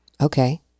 okay